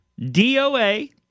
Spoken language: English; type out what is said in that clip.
doa